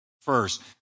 first